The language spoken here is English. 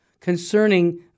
concerning